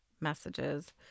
messages